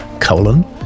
colon